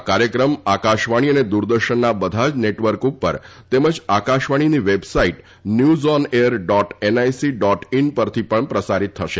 આ કાર્યક્રમ આકાશવાણી અને દૂરદર્શનના બધા જ નેટવર્ક ઉપર તેમજ આકાશવાણીની website news on air dot NIC dot in પરથી પણ પ્રસારીત થશે